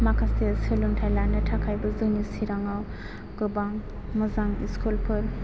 माखासे सोलोंथाइ लानो थाखायबो जोंनि चिराङाव गोबां मोजां इसकुलफोर